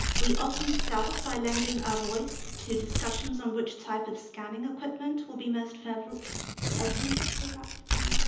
we often start by lending a voice to discussions on which type of scanning equipment will be most oh, can you go back to this